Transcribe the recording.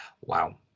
Wow